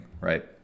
right